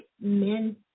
men